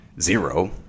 zero